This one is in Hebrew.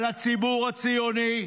על הציבור הציוני,